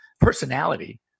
personality